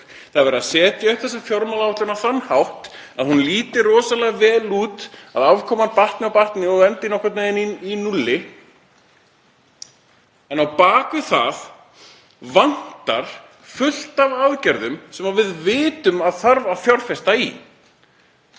Það er verið að setja upp fjármálaáætlun á þann hátt að hún líti rosalega vel út, að afkoman batni og batni og endi nokkurn veginn í núlli. En á bak við það vantar fullt af aðgerðum sem við vitum að þarf að fjárfesta í.